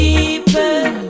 People